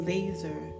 Laser